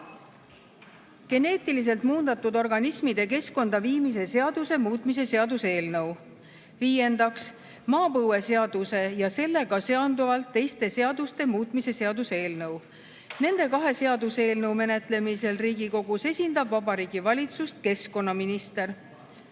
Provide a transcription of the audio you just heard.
geneetiliselt muundatud organismide keskkonda viimise seaduse muutmise seaduse eelnõu. Viiendaks, maapõueseaduse ja sellega seonduvalt teiste seaduste muutmise seaduse eelnõu. Nende kahe seaduseelnõu menetlemisel Riigikogus esindab Vabariigi Valitsust keskkonnaminister.